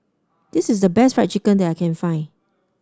this is the best Fried Chicken that I can find